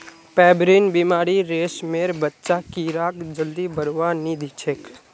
pebrine बीमारी रेशमेर बच्चा कीड़ाक जल्दी बढ़वा नी दिछेक